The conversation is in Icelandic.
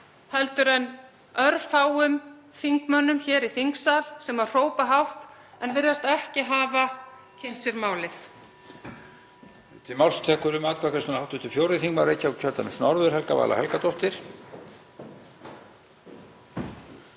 vinnu, en örfáum þingmönnum hér í þingsal sem hrópa hátt en virðast ekki hafa kynnt sér málið.